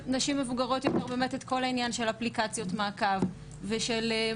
ושל מעקב אחרי אמצעי תשלום וכל מיני גורמים כאלה.